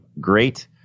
great